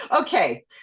Okay